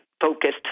focused